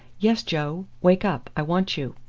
yes, joe wake up. i want you.